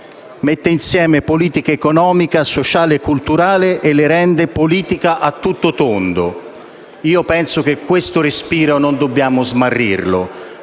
mette insieme politica economica, sociale e culturale e le rende politica a tutto tondo. Io penso che questo respiro non dobbiamo smarrire.